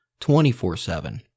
24-7